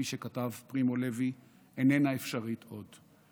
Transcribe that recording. כפי שכתב פרימו לוי, איננה אפשרית עוד.